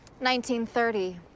1930